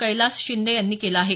कैलास शिंदे यांनी केलं आहे